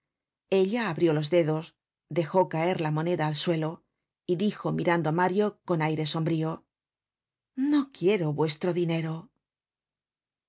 ella abrió los dedos dejó caer la moneda al suelo y dijo mirando á mario con aire sombrío no quiero vuestro dinero